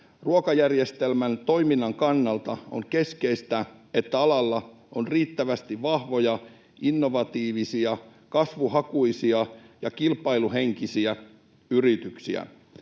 Ruokajärjestelmän toiminnan kannalta on keskeistä, että alalla on riittävästi vahvoja, innovatiivisia, kasvuhakuisia ja kilpailuhenkisiä yrityksiä.